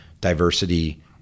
diversity